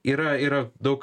yra yra daug